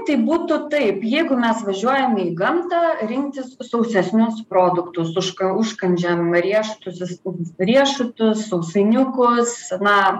tai būtų taip jeigu mes važiuojame į gamtą rinktis sausesnius produktus užka užkandžiam riešutus išstums riešutus sausainiukus na